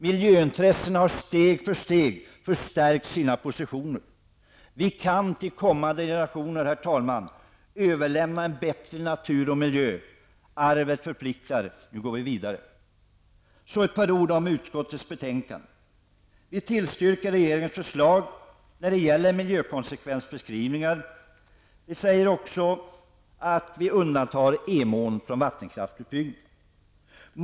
Miljöintressena har, steg för steg, förstärkt sina positioner. Vi kan till kommande generationer överlämna en bättre natur och miljö. Arvet förpliktar. Nu går vi vidare. Så ett par ord om bostadsutskottets betänkande. Utskottet tillstyrker regeringens förslag när det gäller frågan miljökonsekvensbeskrivningar. Vi säger också att vi undantar Emån från vattenkraftsutbyggnad.